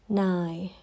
nine